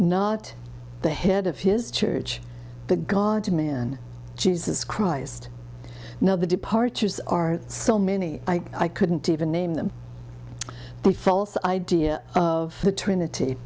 not the head of his church the god to man jesus christ now the departures are so many i couldn't even name them the false idea of the trinity